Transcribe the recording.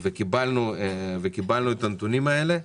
וקיבלנו את הנתונים האלה.